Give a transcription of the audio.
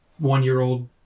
one-year-old